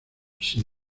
sin